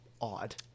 odd